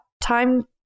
time-